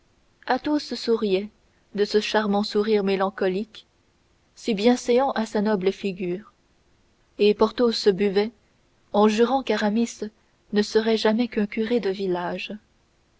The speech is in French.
cependant athos souriait de ce charmant sourire mélancolique si bien séant à sa noble figure et porthos buvait en jurant qu'aramis ne serait jamais qu'un curé de village